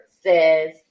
says